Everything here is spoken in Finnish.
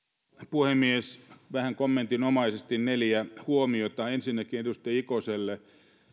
puhemies vähän kommentinomaisesti neljä huomiota ensinnäkin edustaja ikoselle